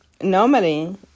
Normally